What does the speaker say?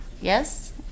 Yes